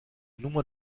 nummer